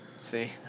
See